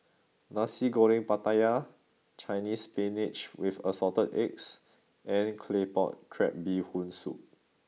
Nasi Goreng Pattaya Chinese Spinach with Assorted Eggs and Claypot Crab Bee Hoon Soup